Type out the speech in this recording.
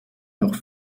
noch